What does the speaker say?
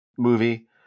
movie